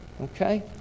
Okay